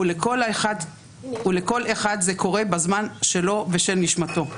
ולכל אחד זה קורה בזמן שלו ושל נשמתו.